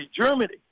Germany